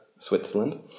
Switzerland